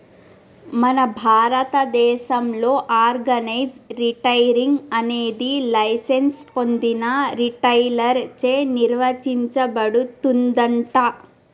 మన భారతదేసంలో organise retailing అనేది లైసెన్స్ పొందిన రిటైలర్ చే నిర్వచించబడుతుందంట